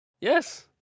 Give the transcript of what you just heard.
Yes